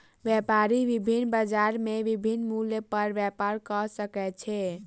व्यापारी विभिन्न बजार में विभिन्न मूल्य पर व्यापार कय सकै छै